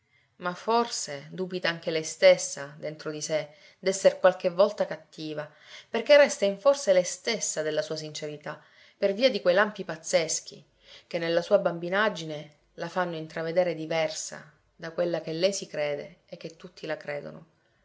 ma forse dubita anche lei stessa dentro di sé d'esser qualche volta cattiva perché resta in forse lei stessa della sua sincerità per via di quei lampi pazzeschi che nella sua bambinaggine la fanno intravedere diversa da quella che lei si crede e che tutti la credono